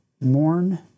mourn